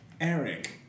Eric